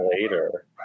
later